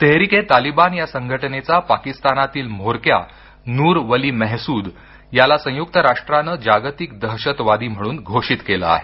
तेहेरिक ए तालिबान या संघटनेचा पाकिस्तानातील म्होरक्या नूर वली मेहसूद याला संयुक्त राष्ट्राने जागतिक दहशतवादी म्हणून घोषित केलं आहे